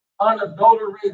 unadulterated